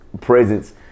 presence